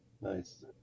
nice